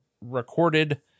recorded